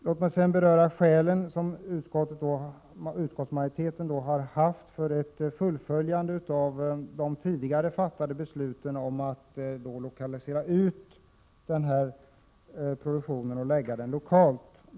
Låt mig sedan beröra de skäl som utskottsmajoriteten har haft för ett fullföljande av de tidigare fattade besluten om att lägga den här produktionen lokalt.